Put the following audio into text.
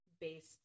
based